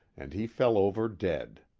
and he fell over dead.